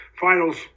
finals